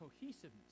cohesiveness